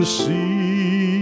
see